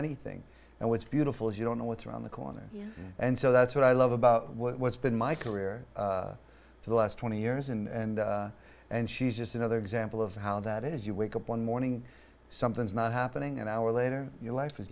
anything and what's beautiful is you don't know what's around the corner and so that's what i love about what's been my career for the last twenty years and and she's just another example of how that is you wake up one morning something's not happening an hour later your life is